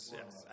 yes